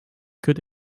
could